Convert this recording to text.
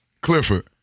Clifford